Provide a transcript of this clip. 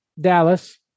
Dallas